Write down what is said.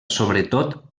sobretot